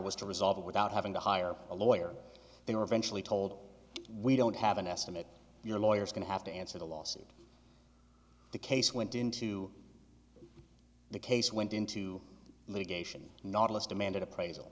was to resolve it without having to hire a lawyer they were eventually told we don't have an estimate your lawyer is going to have to answer the lawsuit the case went into the case went into litigation nautilus demanded appraisal